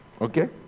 Okay